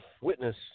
witness